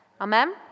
Amen